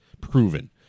proven